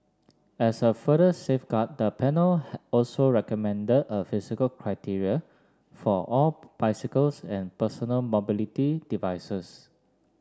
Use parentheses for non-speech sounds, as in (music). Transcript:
as a further safeguard the panel (unintelligible) also recommended a physical criteria for all bicycles and personal mobility devices